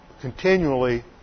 continually